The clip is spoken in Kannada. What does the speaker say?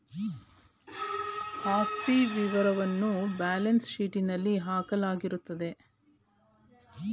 ಆಸ್ತಿ ವಿವರವನ್ನ ಬ್ಯಾಲೆನ್ಸ್ ಶೀಟ್ನಲ್ಲಿ ಹಾಕಲಾಗಿರುತ್ತದೆ